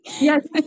Yes